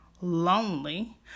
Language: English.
lonely